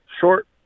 short